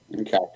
okay